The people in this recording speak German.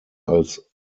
als